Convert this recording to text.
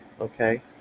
Okay